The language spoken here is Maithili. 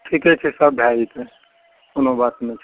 ठीके छै सब भए जेतै कोनो बात नहि छै